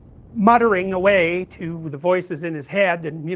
muttering away to the voices in his head and, you